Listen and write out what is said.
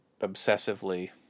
obsessively